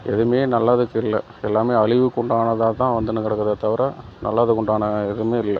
எதுவுமே நல்லதுக்கில்லை எல்லாமே அழிவுக்குண்டானதா தான் வந்துன்னு இருக்குதே தவிர நல்லதுக்குண்டான எதுவுமே இல்லை